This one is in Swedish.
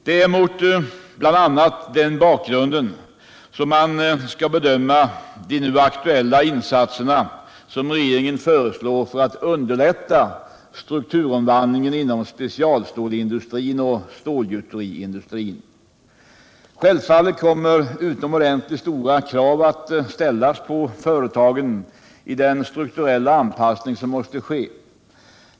Det är bl.a. mot den bakgrunden som man skall bedöma de nu aktuella insatser som regeringen föreslår för att underlätta strukturomvandlingen inom specialstålindustrin och stålgjuteriindustrin. Självfallet kommer utomordentligt stora krav att ställas på företagen i den strukturella anpassning som måste ske.